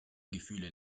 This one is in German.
gefühle